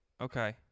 Okay